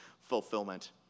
fulfillment